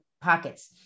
pockets